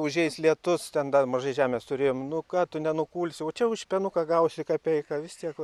užeis lietus ten dar mažai žemės turėjom nu ką tu nenukulsi o čia už pienuką gausi kapeiką vis tiek